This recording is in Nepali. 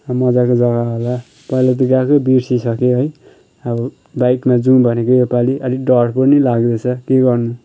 मजाको जग्गा होला हैला त गएको बिर्सि सकेँ है अब बाइकमा जाउँ भनेको यो पाली अलिक डर पनि लाग्दै छ के गर्नु